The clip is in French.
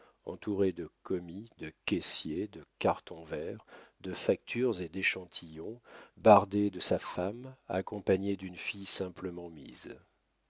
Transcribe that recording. entouré de commis de caissiers de cartons verts de factures et d'échantillons bardé de sa femme accompagné d'une fille simplement mise